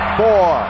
four